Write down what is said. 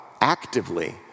actively